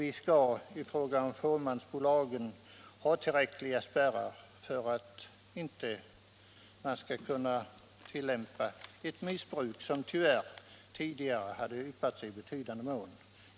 I fråga om fåmansbolagen skall vi ha tillräckliga spärrar för att det missbruk, som tyvärr tidigare förekommit i betydande mått, inte skall kunna fortsätta.